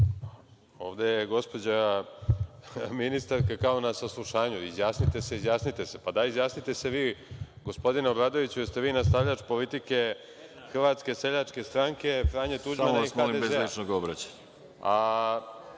Ovde je gospođa ministarka kao na saslušanju - izjasnite se, izjasnite se. Daj izjasnite se vi, gospodine Obradoviću, jeste li vi nastavljač politike Hrvatske seljačke stranke, Franje Tuđmana i HDZ? **Veroljub Arsić** Samo vas molim bez ličnog obraćanja.